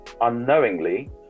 unknowingly